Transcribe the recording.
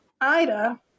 Ida